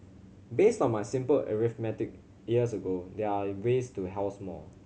based on my simple arithmetic years ago there are ways to house more